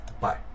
Bye